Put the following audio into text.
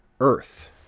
Earth